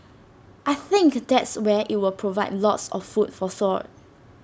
I think that's where IT will provide lots of food for thought